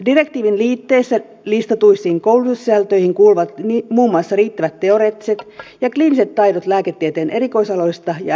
direktiivin liitteissä listattuihin koulutussisältöihin kuuluvat muun muassa riittävät teoreettiset ja kliiniset taidot lääketieteen erikoisaloista ja äitiyshuollosta